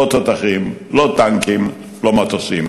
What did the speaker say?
לא תותחים, לא טנקים, לא מטוסים.